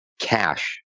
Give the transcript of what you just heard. cash